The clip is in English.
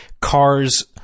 cars